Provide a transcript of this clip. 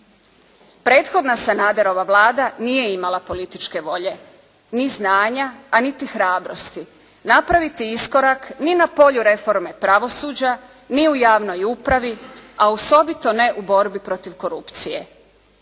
Prethodna Sanaderova Vlada nije imala političke volje, ni znanja, a niti hrabrosti napraviti iskorak ni na polju reforme pravosuđa, ni u javnoj upravi, a osobito ne u borbi protiv korupcije.